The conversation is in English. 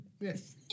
Yes